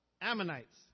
Ammonites